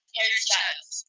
Hairstyles